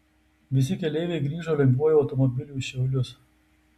visi keleiviai grįžo lengvuoju automobiliu į šiaulius